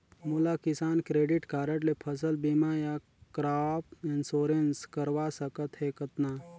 मोला Kisan credit card ले फसल बीमा या क्रॉप इंश्योरेंस करवा सकथ हे कतना?